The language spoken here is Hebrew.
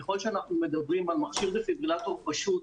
ככל שאנחנו מדברים על מכשיר דפיברילטור פשוט,